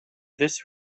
this